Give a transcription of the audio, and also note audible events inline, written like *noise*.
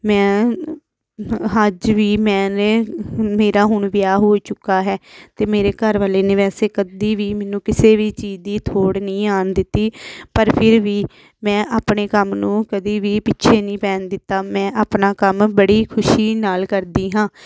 ਮੈਂ *unintelligible* ਅੱਜ ਵੀ ਮੈਂ ਨੇ ਮੇਰਾ ਹੁਣ ਵਿਆਹ ਹੋ ਚੁੱਕਾ ਹੈ ਅਤੇ ਮੇਰੇ ਘਰ ਵਾਲੇ ਨੇ ਵੈਸੇ ਕਦੀ ਵੀ ਮੈਨੂੰ ਕਿਸੇ ਵੀ ਚੀਜ਼ ਦੀ ਥੋੜ੍ਹ ਨਹੀਂ ਆਉਣ ਦਿੱਤੀ ਪਰ ਫਿਰ ਵੀ ਮੈਂ ਆਪਣੇ ਕੰਮ ਨੂੰ ਕਦੀ ਵੀ ਪਿੱਛੇ ਨਹੀਂ ਪੈਣ ਦਿੱਤਾ ਮੈਂ ਆਪਣਾ ਕੰਮ ਬੜੀ ਖੁਸ਼ੀ ਨਾਲ ਕਰਦੀ ਹਾਂ